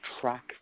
track